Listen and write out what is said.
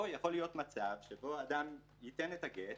פה יכול להיות מצב שבו אדם ייתן את הגט